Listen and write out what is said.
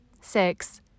Six